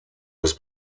des